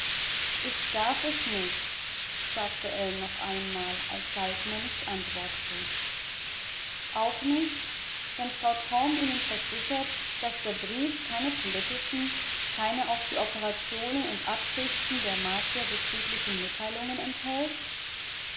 ich darf es nicht sagte ell noch einmal als saltner nicht antwortete auch nicht wenn frau torm ihnen versichert daß der brief keine politischen keine auf die operationen und absichten der martier bezüglichen mitteilungen enthält